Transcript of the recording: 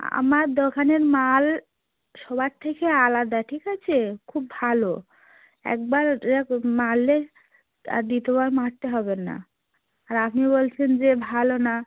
আমার দোকানের মাল সবার থেকে আলাদা ঠিক আছে খুব ভালো একবার মারলে আর দ্বিতীয় বার মারতে হবে না আর আপনি বলছেন যে ভালো না